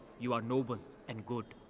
you are noble and good.